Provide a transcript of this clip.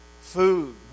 Food